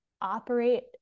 operate